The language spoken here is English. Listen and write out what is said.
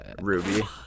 Ruby